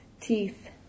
teeth